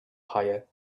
hire